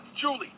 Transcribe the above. Julie